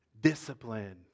discipline